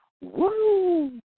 Woo